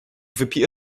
wypije